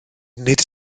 nid